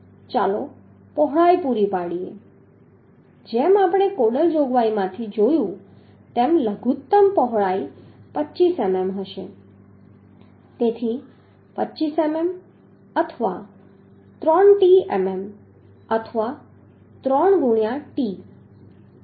ચાલો પહોળાઈ પૂરી પાડીએ જેમ આપણે કોડલ જોગવાઈમાંથી જોયું તેમ લઘુત્તમ પહોળાઈ 25 મીમી હશે તેથી 25 મીમી અથવા 3 t મીમી અથવા 3 ગુણ્યા t